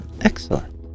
excellent